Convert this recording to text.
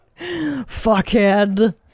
Fuckhead